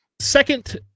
second